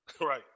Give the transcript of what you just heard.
Right